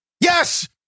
Yes